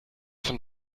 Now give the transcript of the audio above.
von